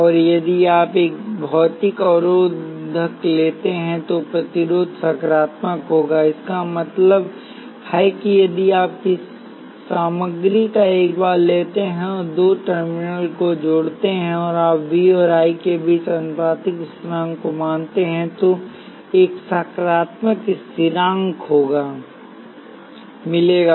और यदि आप एक भौतिक अवरोधक लेते हैं तो प्रतिरोध सकारात्मक होगा इसका मतलब है कि यदि आप सामग्री का एक बार लेते हैं और दो टर्मिनलों को इससे जोड़ते हैं और आप V और I के बीच आनुपातिकता स्थिरांक को मापते हैं तो आपको एक सकारात्मक स्थिरांक मिलेगा